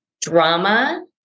drama